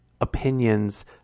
opinions